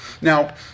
Now